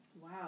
Wow